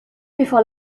before